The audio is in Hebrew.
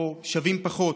או שווים פחות.